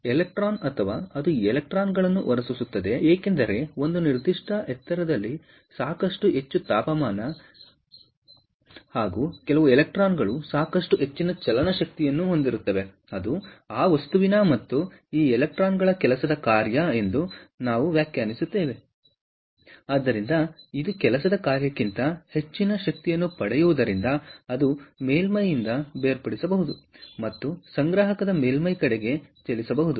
electron ಗಳು ಅಥವಾ ಅದು ಎಲೆಕ್ಟ್ರಾನ್ಗಳನ್ನು ಹೊರಸೂಸುತ್ತದೆ ಏಕೆಂದರೆ ಒಂದು ನಿರ್ದಿಷ್ಟ ಎತ್ತರದಲ್ಲಿ ಸಾಕಷ್ಟು ಹೆಚ್ಚು ತಾಪಮಾನ ಕೆಲವು ಎಲೆಕ್ಟ್ರಾನ್ಗಳು ಸಾಕಷ್ಟು ಹೆಚ್ಚಿನ ಚಲನ ಶಕ್ತಿಯನ್ನು ಹೊಂದಿರುತ್ತವೆ ಅದು ಆ ವಸ್ತುವಿನ ಮತ್ತು ಈ ಎಲೆಕ್ಟ್ರಾನ್ಗಳ ಕೆಲಸದ ಕಾರ್ಯ ಎಂದು ನಾವು ವ್ಯಾಖ್ಯಾನಿಸಿದ್ದಕ್ಕಿಂತ ಮೇಲಿರುತ್ತದೆ ಆದ್ದರಿಂದ ಇದು ಕೆಲಸದ ಕಾರ್ಯಕ್ಕಿಂತ ಹೆಚ್ಚಿನ ಶಕ್ತಿಯನ್ನು ಪಡೆಯುವುದರಿಂದ ಅದು ಮೇಲ್ಮೈಯಿಂದ ಬೇರ್ಪಡಿಸಬಹುದು ಮತ್ತು ಸಂಗ್ರಾಹಕ ಮೇಲ್ಮೈ ಕಡೆಗೆ ಚಲಿಸಬಹುದು